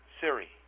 Siri